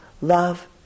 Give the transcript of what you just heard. love